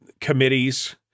committees